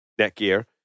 Netgear